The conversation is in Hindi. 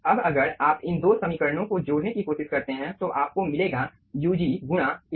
अब अगर आप इन 2 समीकरणों को जोड़ने की कोशिश करते हैं तो आपको मिलेगा ug गुणा Ag